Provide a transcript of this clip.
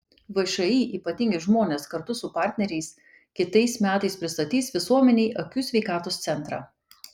všį ypatingi žmonės kartu su partneriais kitais metais pristatys visuomenei akių sveikatos centrą